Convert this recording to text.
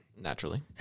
Naturally